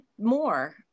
more